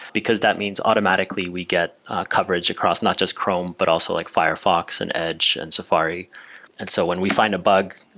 because that means automatically we get coverage across not just chrome, but also like firefox and edge and safari and so when we find a bug,